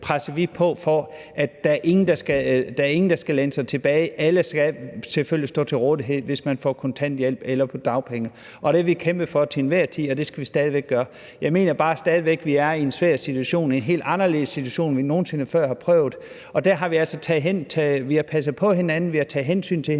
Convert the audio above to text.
der ikke er nogen, der skal læne sig tilbage; alle skal selvfølgelig stå til rådighed, hvis de får kontanthjælp eller er på dagpenge. Det har vi kæmpet for til enhver tid, og det skal vi stadig væk gøre. Jeg mener bare stadig væk, at vi er i en svær situation, en helt anderledes situation, end vi nogen sinde før har prøvet, og der har vi altså passet på hinanden, og vi har taget hensyn til hinanden.